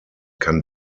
kann